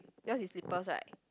yours is slippers right